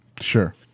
sure